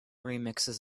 remixes